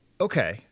Okay